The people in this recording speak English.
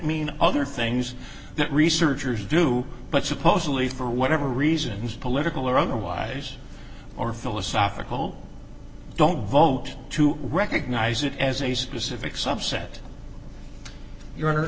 mean other things that researchers do but supposedly for whatever reasons political or otherwise or philosophical don't vote to recognize it as a specific subset